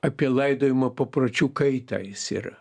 apie laidojimo papročių kaitą jis yra